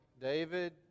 David